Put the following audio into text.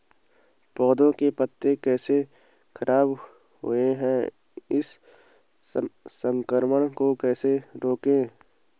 पौधों के पत्ते कैसे खराब हुए हैं इस संक्रमण को कैसे रोकें?